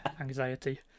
anxiety